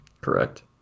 Correct